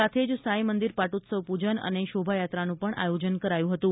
સાથે જ સાંઈ મંદિર પાટોત્સવ પૂજન અને શોભાયાત્રાનું પણ આયોજન કરાયું હતું